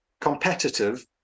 competitive